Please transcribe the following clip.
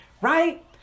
right